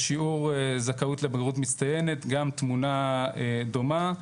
בשיעור זכאות לבגרות מצטיינת גם תמונה דומה,